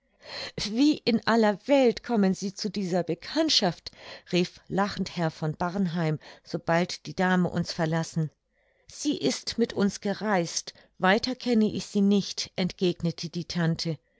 wie in aller welt kommen sie zu dieser bekanntschaft rief lachend herr von barnheim sobald die dame uns verlassen sie ist mit uns gereist weiter kenne ich sie nicht entgegnete die tante